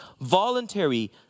voluntary